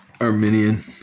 Arminian